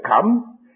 come